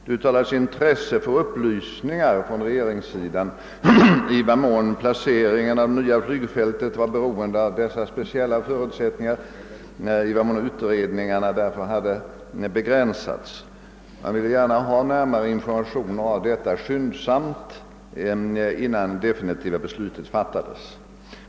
Det uttalades intresse för upplysningar från regeringen i vad mån placeringen av det nya flygfältet var beroende av dessa speciella förutsättningar och i vad mån utredningarna för den skull hade begränsats men kunde vidgas. Man ville gärna ha närmare informationer skyndsamt, innan det definitiva beslutet fattades.